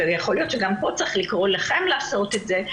ויכול להיות שגם פה צריך לקרוא לכם לעשות את זה,